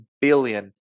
billion